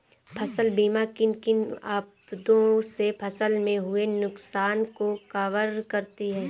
फसल बीमा किन किन आपदा से फसल में हुए नुकसान को कवर करती है